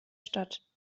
stadt